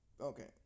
Okay